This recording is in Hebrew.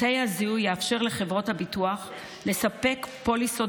אמצעי הזיהוי יאפשר לחברות הביטוח לספק פוליסות